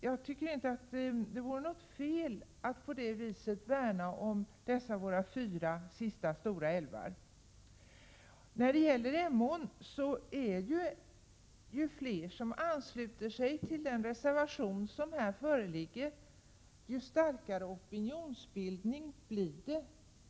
Jag tycker inte att det vore något fel att på det viset värna om dessa våra fyra sista orörda älvar. Ju fler som ansluter sig till reservationen om Emån desto starkare blir opinionsbildningen.